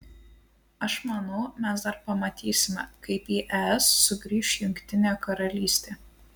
aš manau mes dar pamatysime kaip į es sugrįš jungtinė karalystė